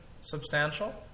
substantial